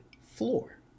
floor